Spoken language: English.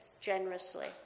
generously